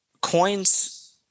coins